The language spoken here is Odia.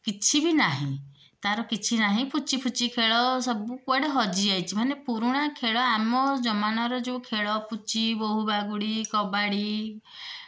କିଛି ବି ନାହିଁ ତା'ର କିଛି ନାହିଁ ପୁଚିଫୁଚି ଖେଳ ସବୁ କୁଆଡ଼େ ହଜି ଯାଇଛି ମାନେ ପୁରୁଣା ଖେଳ ଆମ ଜମାନାର ଯେଉଁ ଖେଳ ଅଛି ପୁଚି ବହୂ ବାଗୁଡ଼ି କବାଡ଼ି